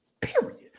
Period